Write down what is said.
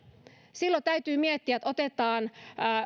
silloin täytyy miettiä että otetaan